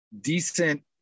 decent